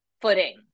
footing